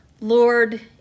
Lord